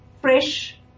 fresh